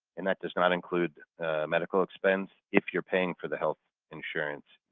and that does not include medical expense if you're paying for the health insurance,